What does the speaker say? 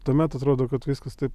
tuomet atrodo kad viskas taip